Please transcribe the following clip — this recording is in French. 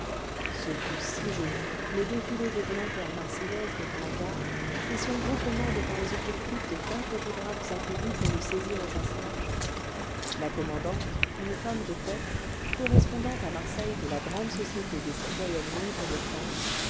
ce fut si joli le défilé des volontaires marseillaises devant la gare et son groupement devant les objectifs de vingt photographes accourus pour le saisir au passage la commandante une femme de tête correspondante à marseille de la grande société des citoyennes libres de france